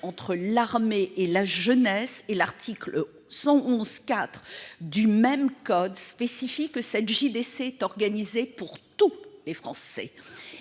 entre l'armée et la jeunesse ». L'article L. 114-2 du même code précise que la JDC est organisée pour tous les Français.